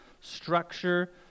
structure